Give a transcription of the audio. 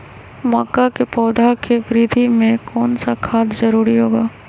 मक्का के पौधा के वृद्धि में कौन सा खाद जरूरी होगा?